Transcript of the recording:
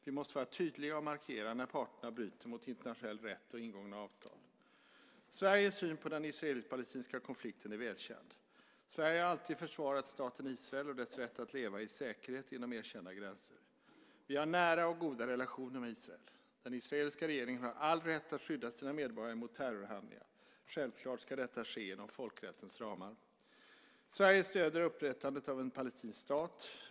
Vi måste vara tydliga och markera när parterna bryter mot internationell rätt och ingångna avtal. Sveriges syn på den israelisk-palestinska konflikten är välkänd. Sverige har alltid försvarat staten Israel och dess rätt att leva i säkerhet inom erkända gränser. Vi har nära och goda relationer med Israel. Den israeliska regeringen har all rätt att skydda sina medborgare mot terrorhandlingar. Självklart ska detta ske inom folkrättens ramar. Sverige stöder upprättandet av en palestinsk stat.